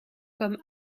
comme